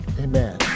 Amen